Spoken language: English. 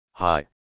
Hi